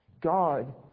God